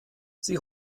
sie